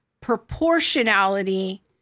proportionality